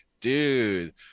dude